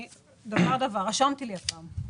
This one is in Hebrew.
רשמתי לי הפעם.